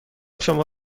شما